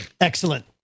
Excellent